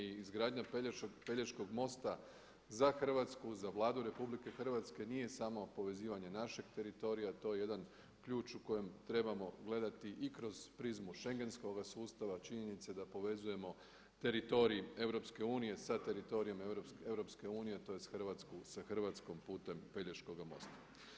I izgradnja Pelješkog novca za Hrvatsku za Vladu RH nije samo povezivanje našeg teritorija, to je jedan ključ u kojem trebamo gledati i kroz prizmu schengenskoga sustava činjenicu da povezujemo teritorij EU sa teritorijem EU tj. sa Hrvatskom putem Pelješkoga mosta.